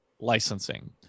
licensing